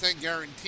guaranteed